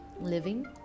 living